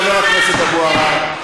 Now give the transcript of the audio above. חבר הכנסת אבו עראר,